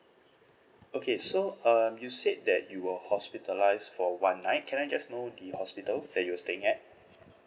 okay so um you said that you were hospitalised for one night can I just know the hospital where you were staying at